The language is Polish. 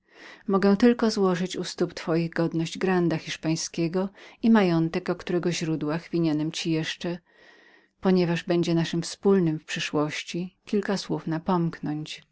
mogę tylko złożyć u stóp twych godność granda hiszpańskiego i majątek o którego źródłach winienem ci jeszcze jako o wspólnym na przyszłość kilka słów